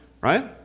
right